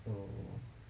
so